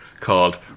called